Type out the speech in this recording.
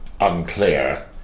unclear